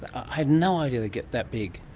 i had no idea they get that big.